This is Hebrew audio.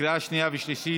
לקריאה שנייה ושלישית.